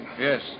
Yes